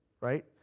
right